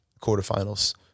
quarterfinals